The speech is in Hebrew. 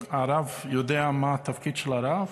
הרב, יודע מה התפקיד של הרב?